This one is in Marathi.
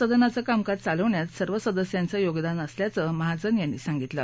सदनाचं कामकाज चालवण्यात सर्व सदस्यांचं योगदान असल्याचं महाजन यांनी सांगितलं